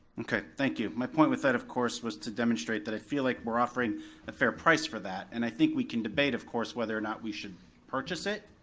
okay, thank you. my point with that of course was to demonstrate that i feel like we're offering a fair price for that, and i think we can debate of course whether or not we should purchase it.